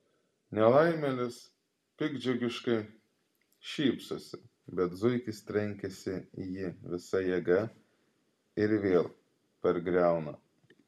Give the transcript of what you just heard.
nelaimėlis piktdžiugiškai šypsosi bet zuikis trenkiasi į jį visa jėga ir vėl pargriauna